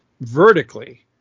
Vertically